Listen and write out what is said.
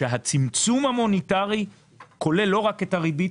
הצמצום המוניטרי כולל לא רק את הריבית,